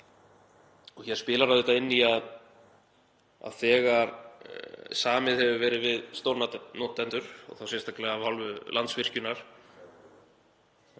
Hér spilar auðvitað inn í að þegar samið hefur verið við stórnotendur, og þá sérstaklega af hálfu Landsvirkjunar,